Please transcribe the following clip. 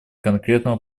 конкретного